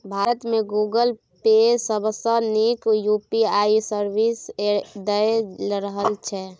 भारत मे Google Pay सबसँ नीक यु.पी.आइ सर्विस दए रहल छै